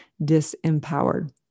disempowered